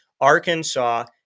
Arkansas